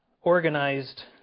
organized